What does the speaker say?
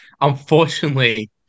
unfortunately